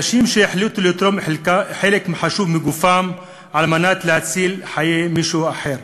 אנשים שהחליטו לתרום חלק חשוב מגופם על מנת להציל חיי מישהו אחר.